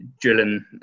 drilling